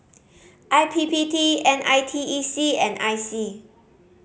I P P T N I T E C and I C